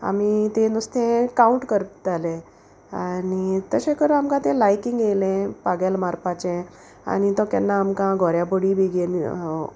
आमी तें नुस्तें कावंट करताले आनी तशें करून आमकां तें लायकींग येयलें पागेल मारपाचें आनी तो केन्ना आमकां घोऱ्या बोडी बी घेन